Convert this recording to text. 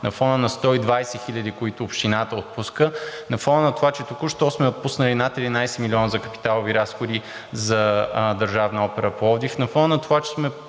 на фона на 120 хиляди, които Общината отпуска, на фона на това, че току-що сме отпуснали над 11 милиона за капиталови разходи за Държавна опера – Пловдив,